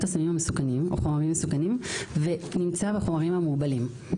הסמים המסוכנים או חומרים מסוכנים ונמצא בחומרים המעורבלים?